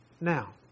now